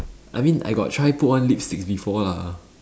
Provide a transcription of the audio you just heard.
I mean I got try put on lipstick before lah